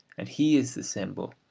and he is the symbol,